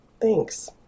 Thanks